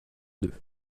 deux